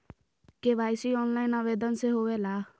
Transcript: KYC online आवेदन से होवे ला?